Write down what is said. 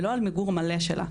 ולא על מיגור מלא שלה.